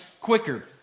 quicker